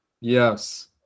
Yes